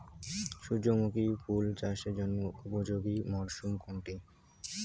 সূর্যমুখী ফুল চাষের জন্য উপযোগী মরসুম কোনটি?